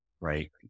right